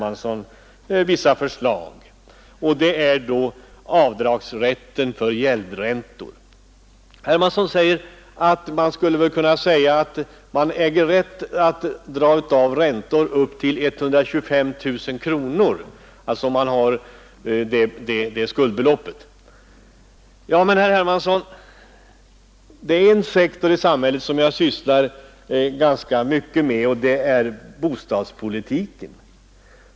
a. talade han om avdragsrätten för gäldräntor. Hans förslag innebar rätt att dra av räntor för skuldbelopp på upp till 125 000 kronor. Det finns en sektor av samhällslivet som jag sysslar ganska mycket med, och det är bostadspolitiken.